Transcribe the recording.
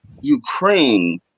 Ukraine